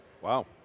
Wow